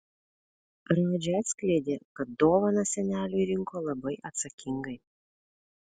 radži atskleidė kad dovaną seneliui rinko labai atsakingai